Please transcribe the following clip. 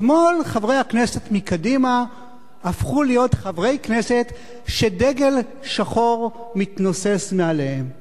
אתמול חברי הכנסת מקדימה הפכו להיות חברי כנסת שדגל שחור מתנוסס מעליהם.